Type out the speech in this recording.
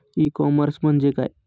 E commerce म्हणजे काय?